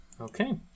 Okay